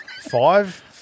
Five